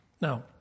Now